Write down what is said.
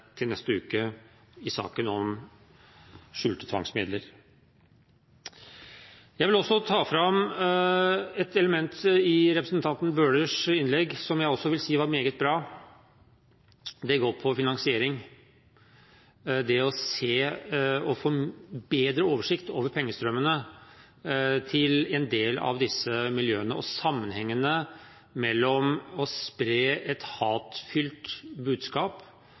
til neste uke, i saken om skjulte tvangsmidler. Jeg vil også ta fram et element i representanten Bøhlers innlegg, som jeg også vil si var meget bra. Det handler om finansiering, om det å få bedre oversikt over pengestrømmene til en del av disse miljøene og sammenhengen med at de sprer et hatfylt budskap